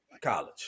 college